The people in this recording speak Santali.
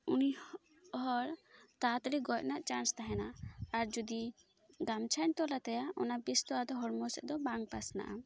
ᱩᱱᱤ ᱦᱚᱲ ᱛᱟᱲᱟᱛᱟᱲᱤ ᱜᱚᱡ ᱨᱮᱱᱟᱜ ᱪᱟᱱᱥ ᱛᱟᱦᱮᱱᱟ ᱟᱨ ᱡᱩᱫᱤ ᱜᱟᱢᱪᱷᱟᱧ ᱛᱚᱞᱟᱛᱟᱭᱟ ᱚᱱᱟ ᱵᱤᱥ ᱫᱚ ᱟᱫᱚ ᱦᱚᱲᱢᱚ ᱥᱮᱫ ᱫᱚ ᱵᱟᱝ ᱯᱟᱥᱱᱟᱜᱼᱟ